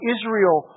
Israel